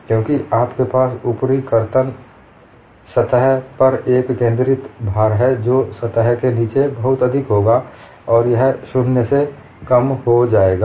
क्योंकि आपके पास ऊपरी सतह कर्तन पर एक केंद्रित भार है जो सतह के नीचे बहुत अधिक होगा और यह 0 से कम हो जाएगा